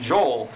Joel